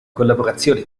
collaborazioni